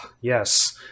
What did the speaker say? Yes